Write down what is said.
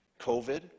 COVID